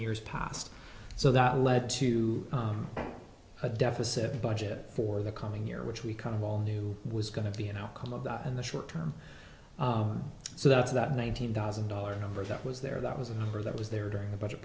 years past so that led to a deficit budget for the coming year which we kind of all knew was going to be an outcome of that in the short term so that's that nine hundred thousand dollars number that was there that was a number that was there during the budget